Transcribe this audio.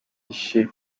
bishe